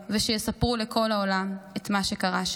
ושיספרו לכל העולם את מה שקרה שם".